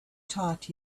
taught